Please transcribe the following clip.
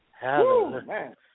Hallelujah